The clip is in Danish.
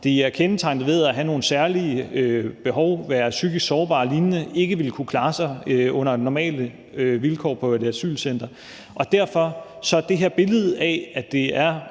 De er kendetegnet ved at have nogle særlige behov, være psykisk sårbare og lignende og ikke at ville kunne klare sig under normale vilkår på et asylcenter. Så det her billede af, at det er